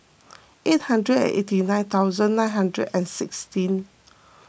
eight hundred and eighty nine thousand nine hundred and sixteen